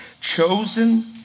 Chosen